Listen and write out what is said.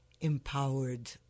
empowered